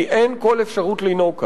כי אין כל אפשרות לנהוג כך.